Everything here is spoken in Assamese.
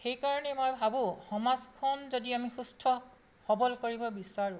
সেইকাৰণে মই ভাবোঁ সমাজখন যদি আমি সুস্থ সবল কৰিব বিচাৰোঁ